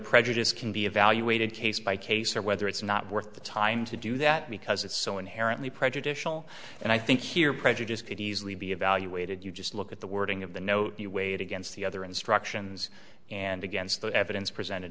prejudice can be evaluated case by case or whether it's not worth the time to do that because it's so inherently prejudicial and i think here prejudice could easily be evaluated you just look at the wording of the note you weighed against the other instructions and against the evidence presented